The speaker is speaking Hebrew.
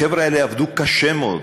החבר'ה האלה עבדו קשה מאוד,